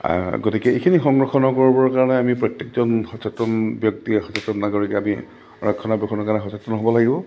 গতিকে এইখিনি সংৰক্ষণ কৰিবৰ কাৰণে আমি প্ৰত্যেকজন সচেতন ব্যক্তি সচেতন নাগৰিক আমি ৰক্ষণাবেক্ষণৰ কাৰণে সচেতন হ'ব লাগিব